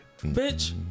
Bitch